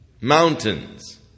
mountains